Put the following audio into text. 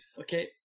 Okay